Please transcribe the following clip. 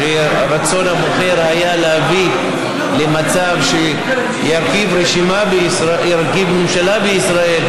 כשרצון הבוחר היה להביא למצב שירכיב ממשלה בישראל.